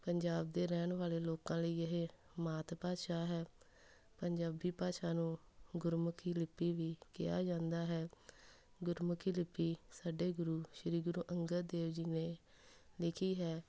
ਪੰਜਾਬ ਦੇ ਰਹਿਣ ਵਾਲੇ ਲੋਕਾਂ ਲਈ ਇਹ ਮਾਤ ਭਾਸ਼ਾ ਹੈ ਪੰਜਾਬੀ ਭਾਸ਼ਾ ਨੂੰ ਗੁਰਮੁਖੀ ਲਿਪੀ ਵੀ ਕਿਹਾ ਜਾਂਦਾ ਹੈ ਗੁਰਮੁਖੀ ਲਿਪੀ ਸਾਡੇ ਗੁਰੂ ਸ਼੍ਰੀ ਗੁਰੂ ਅੰਗਦ ਦੇਵ ਜੀ ਨੇ ਲਿਖੀ ਹੈ